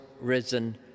risen